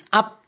up